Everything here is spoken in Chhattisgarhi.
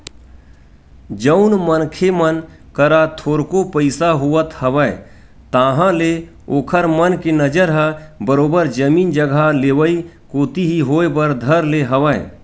जउन मनखे मन करा थोरको पइसा होवत हवय ताहले ओखर मन के नजर ह बरोबर जमीन जघा लेवई कोती ही होय बर धर ले हवय